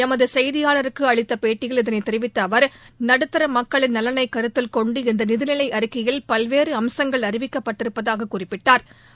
எமது செய்தியாளருக்கு அளித்த பேட்டியில் இதனைத் தெரிவித்த அவர் நடுத்தர மக்களின் நலனை கருத்தில் கொண்டு இந்த நிதிநிலை அறிக்கையில் பல்வேறு அம்சங்கள் அறிவிக்கப்பட்டிருப்பதாகக் குறிப்பிட்டா்